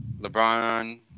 LeBron